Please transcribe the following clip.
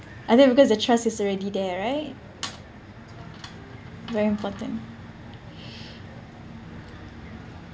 and then because the trust is already there right very important